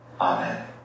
Amen